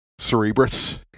Cerebrus